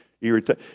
irritate